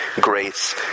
grace